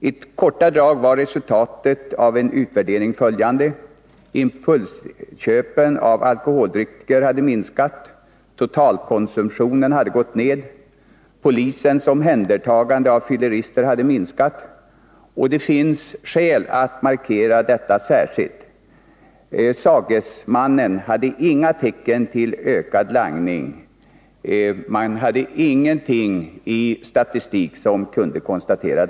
I korta drag var resultatet av en utvärdering följande: Impulsköpen av alkoholdrycker hade minskat, totalkonsumtionen hade gått ned, polisens omhändertagande av fyllerister hade minskat, och — det finns skäl att markera detta särskilt — inga tecken till ökad langning kunde konstateras.